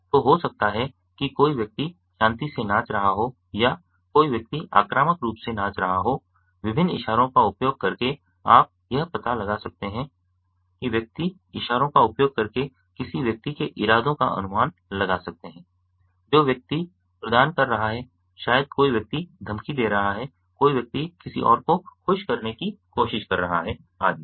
तो हो सकता है कि कोई व्यक्ति शांति से नाच रहा हो या कोई व्यक्ति आक्रामक रूप से नाच रहा होविभिन्न इशारों का उपयोग करके आप यह पता लगा सकते हैं व्यक्ति इशारों का उपयोग करके किसी व्यक्ति के इरादे का अनुमान लगा सकता है जो व्यक्ति प्रदान कर रहा है शायद कोई व्यक्ति धमकी दे रहा है कोई व्यक्ति किसी और को खुश करने की कोशिश कर रहा है आदि